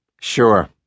Sure